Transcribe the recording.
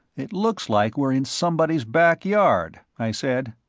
it looks like we're in somebody's back yard, i said.